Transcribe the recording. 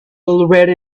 already